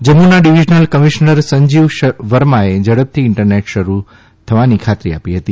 જમ્મુના divisional commissioner Sanjeev વર્માએ ઝડપથી ઇન્ટરનેટ શરૂ થવાની ખાતરી આપી હતી